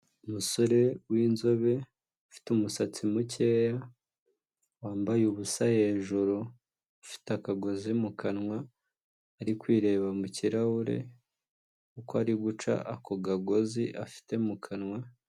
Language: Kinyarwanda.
Umusore w'inzobe ufite umusatsi mukeya, wambaye ubusa hejuru ufite akagozi mu kanwa, ari kwireba mu kirahure uko, ari guca ako kagozi afite mu kanwa...